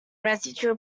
residual